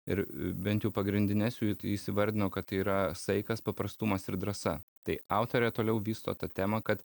ir bent jau pagrindines jų jis įvardino kad tai yra saikas paprastumas ir drąsa tai autorė toliau vysto tą temą kad